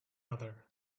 other